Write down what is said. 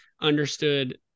understood